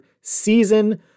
season